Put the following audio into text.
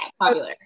popular